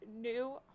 new